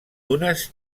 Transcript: dunes